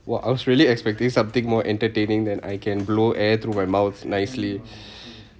well I was really expecting something more entertaining than I can blow air through my mouth nicely